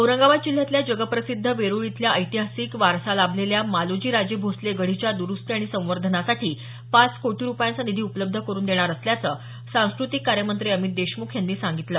औरंगाबाद जिल्ह्यातल्या जगप्रसिद्ध वेरूळ इथल्या ऐतिहासिक वारसा लाभलेल्या मालोजी राजे भोसले गढीच्या दुरूस्ती आणि संवर्धनासाठी पाच कोटी रुपयांचा निधी उपलब्ध करुन देणार असल्याचं सांस्कृतिक कार्य मंत्री अमित देशमुख यांनी सांगितलं